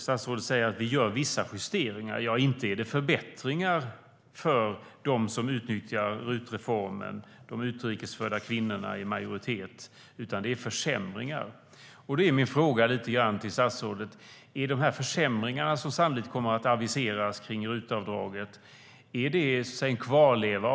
Statsrådet säger att man gör vissa justeringar. Ja, inte är det förbättringar för dem som utnyttjar RUT-reformen, med de utrikes kvinnorna i majoritet, utan det är försämringar. Därför är min fråga till statsrådet om de försämringar av RUT-avdraget som sannolikt kommer att aviseras är en kvarleva.